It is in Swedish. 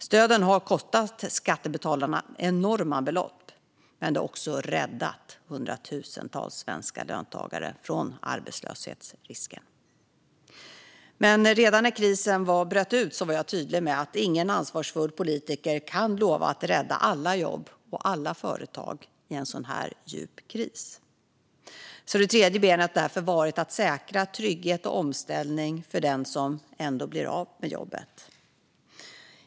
Stöden har kostat skattebetalarna enorma belopp, men de har också räddat hundratusentals löntagare från arbetslöshetsrisken. Redan när krisen bröt ut var jag tydlig med att ingen ansvarsfull politiker kan lova att rädda alla jobb och alla företag i en så här djup kris. Den tredje principen har därför varit att säkra trygghet och omställning för den som ändå blir av med jobbet.